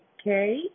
okay